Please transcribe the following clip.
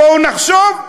בואו נחשוב,